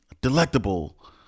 Delectable